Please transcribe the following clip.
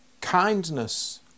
kindness